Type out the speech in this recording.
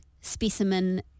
specimen